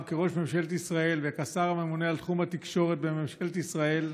כראש ממשלת ישראל וכשר הממונה על תחום התקשורת בממשלת ישראל.